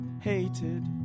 hated